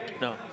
No